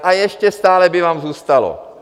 A ještě stále by vám zůstalo.